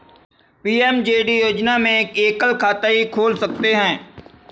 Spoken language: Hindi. पी.एम.जे.डी योजना में एकल खाता ही खोल सकते है